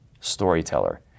storyteller